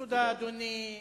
תודה, אדוני.